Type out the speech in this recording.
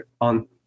on